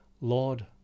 Lord